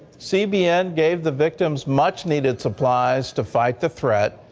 cbn gave the victims much-needed supplies to fight the threat,